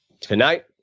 Tonight